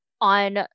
on